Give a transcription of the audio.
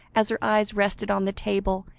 as her eyes rested on the table,